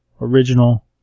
original